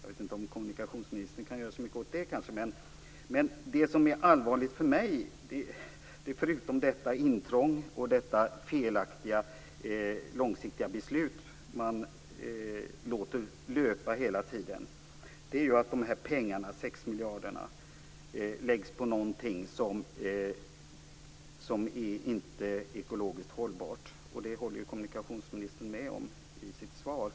Detta kan kommunikationsministern kanske inte göra så mycket åt, men det som är allvarligt för mig - förutom detta intrång och det felaktiga långsiktiga beslut som man låter löpa hela tiden - är att de här 6 miljarderna läggs på någonting som inte är ekologiskt hållbart. Det håller ju kommunikationsministern med om i sitt svar.